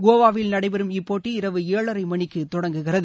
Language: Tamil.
கோவாவில் நடைபெறும் இப்போட்டி இரவு ஏழரை மணிக்கு தொடங்குகிறது